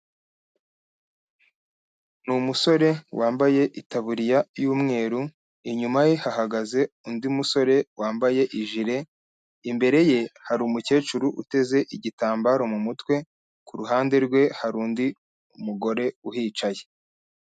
Ni umusore wambaye itaburiya y'umweru, inyuma ye hahagaze undi musore wambaye ijire, imbere ye, hari umukecuru uteze igitambaro mu mutwe, ku ruhande rwe, hari undi mugore uhicaye.